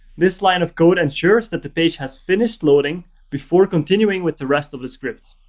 this line of code ensures that the page has finished loading before continuing with the rest of the script.